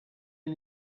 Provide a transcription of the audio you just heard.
and